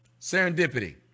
Serendipity